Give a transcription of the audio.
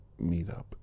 meetup